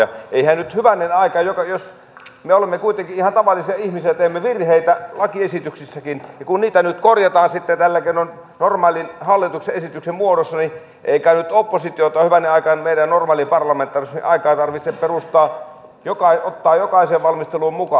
eihän meidän nyt hyvänen aika jos me olemme kuitenkin ihan tavallisia ihmisiä ja teemme virheitä lakiesityksissäkin ja kun niitä nyt korjataan sitten tällä keinoin normaalin hallituksen esityksen muodossa kai oppositiota normaaliin parlamentaariseen aikaan tarvitse ottaa jokaiseen valmisteluun mukaan